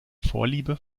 vorliebe